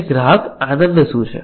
અને ગ્રાહક આનંદ શું છે